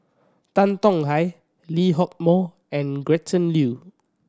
Tan Tong Hye Lee Hock Moh and Gretchen Liu